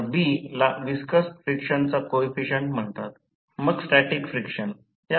तर आता उच्च व्होल्टेज विंडिंग सर्किट मधील करंट आहे कमी व्होल्टेज विंडिंग शॉर्टसर्किट आहे